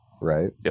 right